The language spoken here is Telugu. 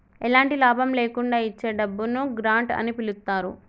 ఎలాంటి లాభం లేకుండా ఇచ్చే డబ్బును గ్రాంట్ అని పిలుత్తారు